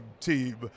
team